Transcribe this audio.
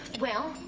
well,